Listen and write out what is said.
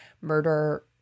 murder